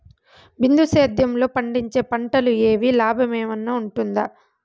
బిందు సేద్యము లో పండించే పంటలు ఏవి లాభమేనా వుంటుంది?